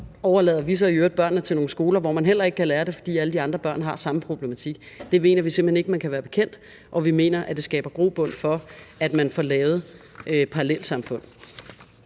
i øvrigt børnene til nogle skoler, hvor de heller ikke kan lære det, fordi alle de andre børn har samme problematik. Det mener vi simpelt hen ikke man kan være bekendt, og vi mener, at det skaber grobund for, at man får lavet parallelsamfund.